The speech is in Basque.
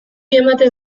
ematen